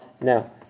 Now